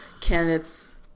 candidates